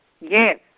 Yes